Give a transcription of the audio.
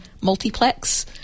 Multiplex